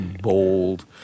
bold